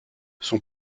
son